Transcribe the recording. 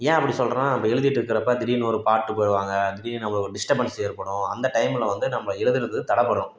ஏன் அப்படி சொல்கிறேன்னா நம்ம எழுதிகிட்ருக்கறப்ப திடீர்னு ஒரு பாட்டு பாடுவாங்க திடீர்னு அவங்களுக்கு ஒரு டிஸ்டர்பன்ஸ் ஏற்படும் அந்த டைமில் வந்து நம்ம எழுதுகிறது தடைப்படும்